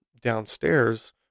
downstairs